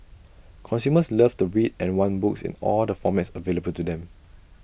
consumers love to read and want books in all the formats available to them